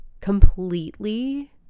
completely